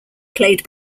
played